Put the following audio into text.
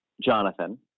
Jonathan